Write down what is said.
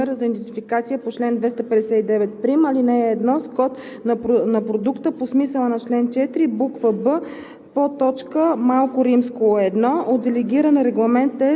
„(4) Изпълнителната агенция по лекарствата свързва националния номер за идентификация по чл. 2591, ал. 1 с кода на продукта по смисъла на чл. 4, буква